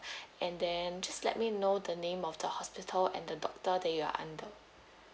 and then just let me know the name of the hospital and the doctor that you're under